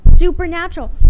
Supernatural